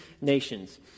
nations